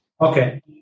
Okay